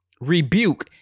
rebuke